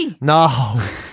No